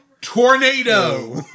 tornado